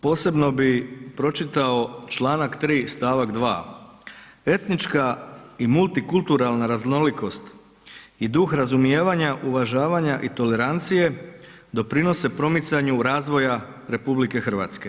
Posebno bi, posebno bi pročitao Članak 3. stavak 2.: Etnička i multikulturalna raznolikost i duh razumijevanja, uvažavanja i tolerancija doprinose promicanju razvoja RH.